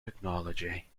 technology